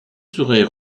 serait